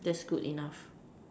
that's good enough